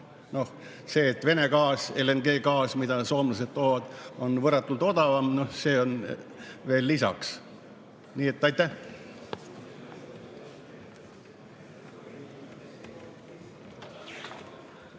see, et Vene gaas, LNG‑gaas, mida soomlased toovad, on võrratult odavam, on veel lisaks. Aitäh! Aitäh!